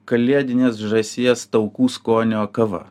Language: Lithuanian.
kalėdinės žąsies taukų skonio kava